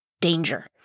danger